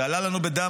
זה עלה לנו בדם,